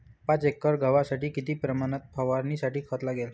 पाच एकर गव्हासाठी किती प्रमाणात फवारणीसाठी खत लागेल?